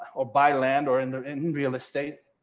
or buy land or and or in real estate.